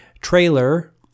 trailer